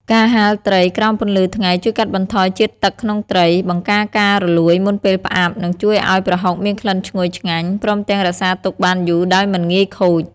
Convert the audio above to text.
ការហាលត្រីក្រោមពន្លឺថ្ងៃជួយកាត់បន្ថយជាតិទឹកក្នុងត្រី បង្ការការរលួយមុនពេលផ្អាប់ និងជួយឱ្យប្រហុកមានក្លិនឈ្ងុយឆ្ងាញ់ ព្រមទាំងរក្សាទុកបានយូរដោយមិនងាយខូច។